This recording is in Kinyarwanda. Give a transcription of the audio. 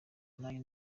nanjye